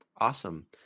Awesome